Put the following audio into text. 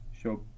show